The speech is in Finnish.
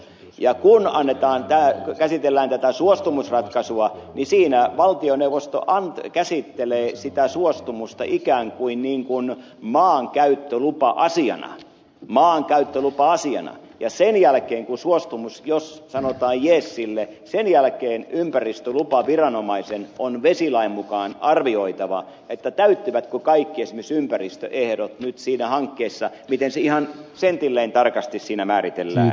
ja kun käsitellään tätä suostumusratkaisua niin siinä valtioneuvosto käsittelee sitä suostumusta ikään kuin maankäyttölupa asiana maankäyttölupa asiana ja sen jälkeen jos sanotaan yes suostumukselle sen jälkeen ympäristölupaviranomaisen on vesilain mukaan arvioitava täyttyvätkö kaikki esimerkiksi ympäristöehdot nyt siinä hankkeessa miten se ihan sentilleen tarkasti siinä määritellään